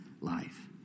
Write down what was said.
life